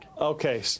Okay